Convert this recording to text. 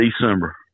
December